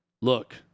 look